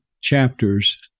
chapters